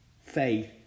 faith